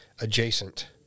adjacent